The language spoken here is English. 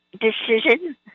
decision